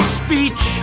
speech